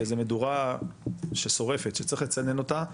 וזה מדורה ששורפת שצריך לצנן אותה,